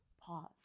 pause